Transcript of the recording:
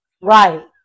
Right